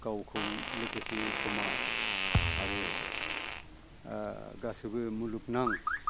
गावखौ लोगोसे समास आरो गासोबो मुलुगनां